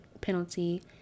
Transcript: penalty